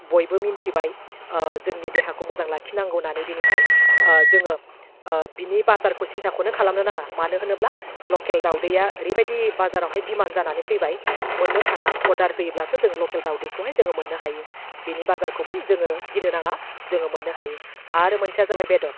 बयबो मोनथिबाय जोंनि देहाखौ मोजां लाखिनांगौ होन्नानै बेनिखाय जोङो बेनि बाजारखौ सिनथाखौनो खालामनो नाङा मानो होनोब्ला लकेल दाउदैया ओरैबायदि बाजारावहाय डिमान्ड जानानै फैबाय मोननो थाङा अर्डार होयोब्लासो जोङो लकेल दाउदैखौहाय जोङो मोननो हायो बेनि बाजारखौबो जोङो गिनो नाङा जोङो मोननो हायो आरो मोनसेया जाबाय बेदर